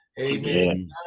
Amen